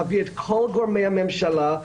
להביא את כל גורמי הממשלה,